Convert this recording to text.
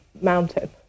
mountain